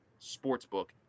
sportsbook